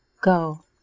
Go